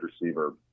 receiver